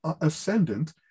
ascendant